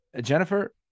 Jennifer